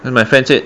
then my friends said